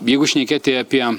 jeigu šnekėti apie